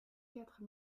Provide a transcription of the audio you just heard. quatre